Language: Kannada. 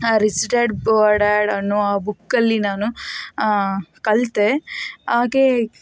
ರಿಚ್ ಡ್ಯಾಡ್ ಪೂವರ್ ಡ್ಯಾಡ್ ಅನ್ನುವ ಬುಕ್ಕಲ್ಲಿ ನಾನು ಕಲಿತೆ ಹಾಗೆ